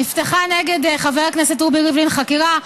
נפתחה נגד חבר הכנסת רובי ריבלין חקירה,